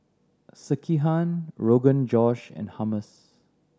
Sekihan Rogan Josh and Hummus